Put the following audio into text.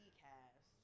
cast